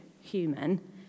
human